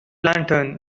lantern